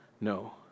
No